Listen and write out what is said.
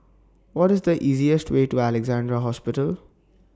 What IS The easiest Way to Alexandra Hospital